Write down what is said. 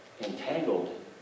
entangled